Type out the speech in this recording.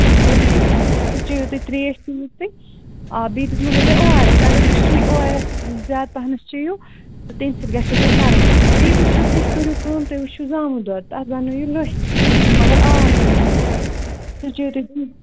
glucose چے چیٚیِو تُہۍ ترٛیش چیٚیِو تُہۍ آ بیٚیہِ دِیُمو مےٚ تۄہہِ او آر ایٚس اگر تُہۍ سُے او آر ایٚسٕے زیادٕ پَہنَس چیٚیِو تہٕ تمہِ سۭتۍ گژھوٕ تۄہہِ فرق بیٚیہِ وُچھِو تُہۍ کٔرِو کٲم تُہۍ وٕچھِو زامُت دۄد تَتھ بَنٲیِو لٔسۍ مگر آب بَنٲیِو سُہ چِیٚیِو تُہۍ